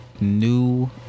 new